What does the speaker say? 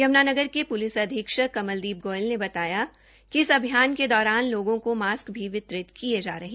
यमुनानगर के पुलिस अधीक्षक कमलदीप गोयल ने बताया कि इस अभियान के दौरान लोगों को मास्क भी वितरित किए जा रहे हैं